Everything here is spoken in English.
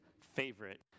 favorite